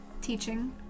teaching